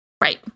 Right